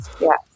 Yes